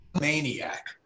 maniac